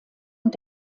und